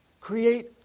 Create